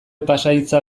pasahitza